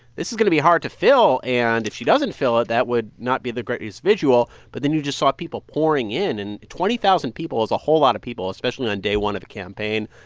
this is going to be hard to fill. and if she doesn't fill it, that would not be the greatest visual. but then you just saw people pouring in. and twenty thousand people is a whole lot of people, especially on day one of a campaign.